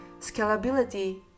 scalability